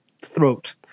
throat